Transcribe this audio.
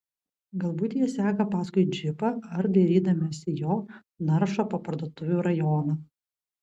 galbūt jie seka paskui džipą ar dairydamiesi jo naršo po parduotuvių rajoną